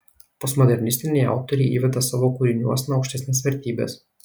postmodernistiniai autoriai įveda savo kūriniuosna aukštesnes vertybes